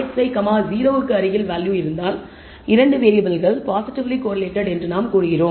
rxy 0 க்கு அருகில் value இருந்தால் 2 வேறியபிள்கள் பாசிடிவ்லி கோரிலேடட் என்று நாங்கள் கூறுகிறோம்